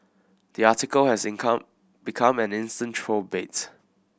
the article has income become an instant troll bait